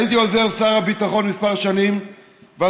הייתי עוזר שר הביטחון כמה שנים ועסקתי